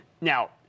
now